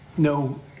No